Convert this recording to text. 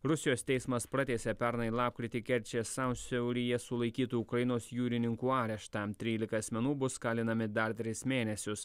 rusijos teismas pratęsė pernai lapkritį kerčės sąsiauryje sulaikytų ukrainos jūrininkų areštą trylika asmenų bus kalinami dar tris mėnesius